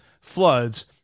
floods